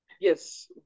Yes